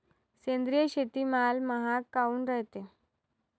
सेंद्रिय शेतीमाल महाग काऊन रायते?